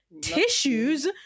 tissues